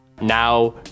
Now